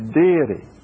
deity